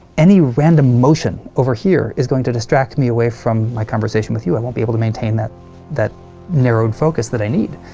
any random motion over here is going to distract me away from my conversation with you. i won't be able to maintain that that narrowed focus that i need.